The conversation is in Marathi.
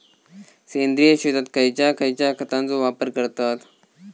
सेंद्रिय शेतात खयच्या खयच्या खतांचो वापर करतत?